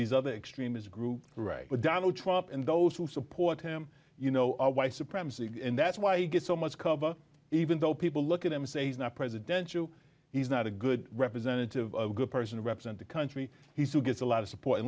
these other extremist groups right with donald trump and those who support him you know our white supremacy and that's why he gets so much cover even though people look at him say he's not presidential he's not a good representative a good person to represent the country he still gets a lot of support